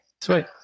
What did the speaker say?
Sweet